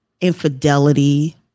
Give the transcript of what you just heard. Infidelity